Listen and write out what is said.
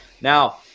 Now